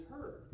heard